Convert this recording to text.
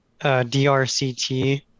DRCT